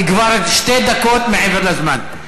היא כבר שתי דקות מעבר לזמן.